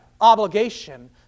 obligation